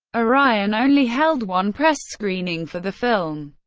orion only held one press screening for the film.